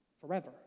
forever